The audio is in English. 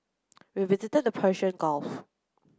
we visited the Persian Gulf